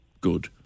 Good